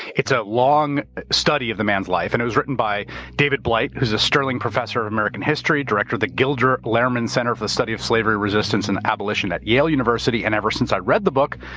it's a long study of the man's life. and it was written by david blight, who's a sterling professor of american history, director of the gilder lehrman center for the study of slavery resistance and abolition at yale university. and ever since i read the book,